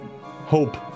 hope